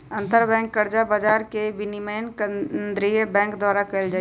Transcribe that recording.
अंतरबैंक कर्जा बजार के विनियमन केंद्रीय बैंक द्वारा कएल जाइ छइ